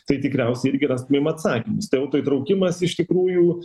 tai tikriausiai irgi rastumėm atsakymus tai autoįtraukimas iš tikrųjų